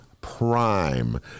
prime